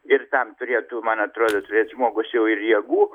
ir ten turėtų man atrodo turėt žmogus jau ir jėgų